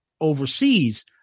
overseas